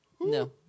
No